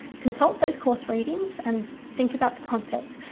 consult those course readings and think about the concepts.